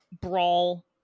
brawl